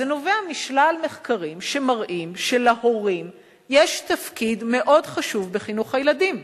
זה נובע משלל מחקרים שמראים שלהורים יש תפקיד מאוד חשוב בחינוך הילדים.